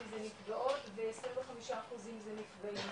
נפגעות ו-25 אחוזים זה נפגעים,